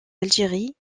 algérie